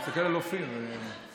ותעבור לוועדת החוקה,